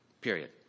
Period